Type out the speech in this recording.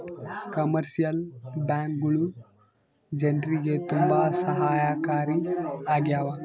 commercial ಬ್ಯಾಂಕ್ಗಳು ಜನ್ರಿಗೆ ತುಂಬಾ ಸಹಾಯಕಾರಿ ಆಗ್ಯಾವ